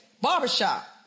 Barbershop